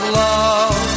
love